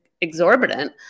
exorbitant